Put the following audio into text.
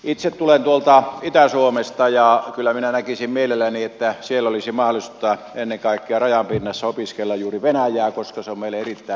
itse tulen itä suomesta ja kyllä minä näkisin mielelläni että siellä olisi mahdollisuutta ennen kaikkea rajan pinnassa opiskella juuri venäjää koska se on meille erittäin tärkeää